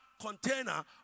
container